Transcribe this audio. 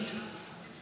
כנסת נכבדה,